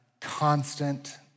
constant